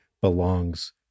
belongs